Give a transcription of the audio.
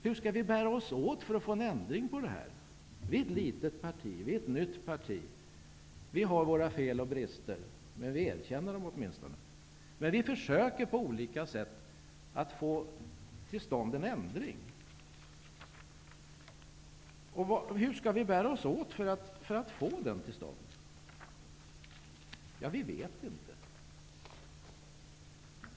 Hur skall vi bära oss åt för att få en ändring? Vi är ett litet parti. Vi är ett nytt parti. Vi har våra fel och brister. Men vi erkänner dem åtminstone. Vi försöker på olika sätt att få till stånd en ändring. Hur skall vi bära oss åt för att få den till stånd? Vi vet inte.